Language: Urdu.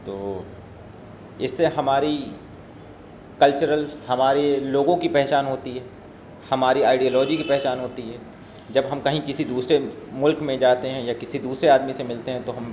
تو اس سے ہماری کلچرل ہمارے لوگوں کی پہچان ہوتی ہے ہمارے آئڈیالوجی کی پہچان ہوتی ہے جب ہم کہیں کسی دوسرے ملک میں جاتے ہیں یا کسی دوسرے آدمی سے ملتے ہیں تو ہم